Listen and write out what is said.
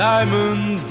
Diamond